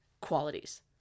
qualities